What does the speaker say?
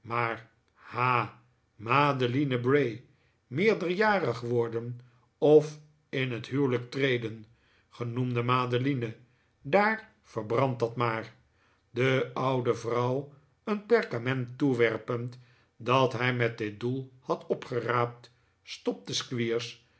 bray meerderjarig worden of in het huwelijk treden genoemde madeline daar verbrand dat maar de oude vrouw een perkament toewerpend dat hij met dit doel had opgeraapt stopte